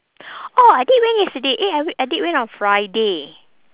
orh adik went yesterday eh I wait adik went on friday